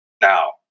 now